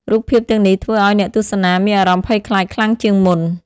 រូបភាពទាំងនេះធ្វើឲ្យអ្នកទស្សនាមានអារម្មណ៍ភ័យខ្លាចខ្លាំងជាងមុន។